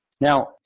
Now